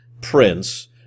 prince